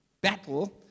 battle